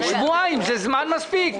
שבועיים זה זמן מספיק.